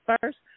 first